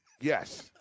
Yes